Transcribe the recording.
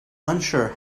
unsure